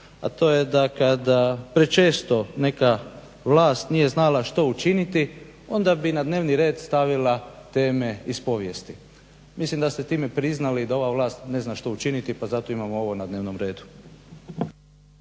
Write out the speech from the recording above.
a to je da kada prečesto neka vlast nije znala što učiniti onda bi na dnevni red stavila teme iz povijesti. Mislim da ste time priznali da ova vlast ne zna što učiniti pa zato imamo ovo na dnevnom redu.